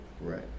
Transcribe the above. Right